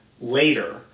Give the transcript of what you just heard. later